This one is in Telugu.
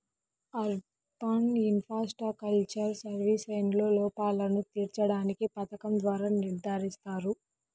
అర్బన్ ఇన్ఫ్రాస్ట్రక్చరల్ సర్వీసెస్లో లోపాలను తీర్చడానికి పథకం ద్వారా నిర్ధారిస్తారు